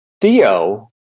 Theo